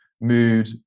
mood